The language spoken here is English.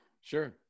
Sure